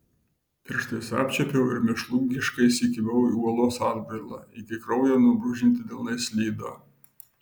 pirštais apčiuopiau ir mėšlungiškai įsikibau į uolos atbrailą iki kraujo nubrūžinti delnai slydo